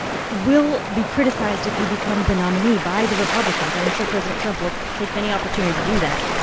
will be criticized if you become the nominee by the republicans. i'm sure president trump will take many opportunities to do that.